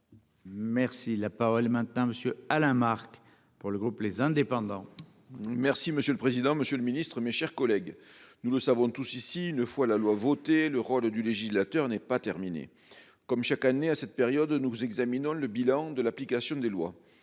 Merci la parole maintenant monsieur Alain Marc pour le groupe les indépendants. Merci monsieur le président, Monsieur le Ministre, mes chers collègues, nous le savons tous ici une fois la loi votée le rôle du législateur n'est pas terminée. Comme chaque année à cette période, nous examinons le bilan de l'application des lois